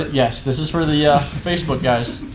yes. this is for the yeah facebook guys.